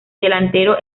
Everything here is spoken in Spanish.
delantero